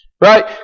right